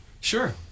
sure